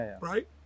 right